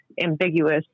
ambiguous